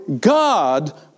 God